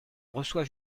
reçoit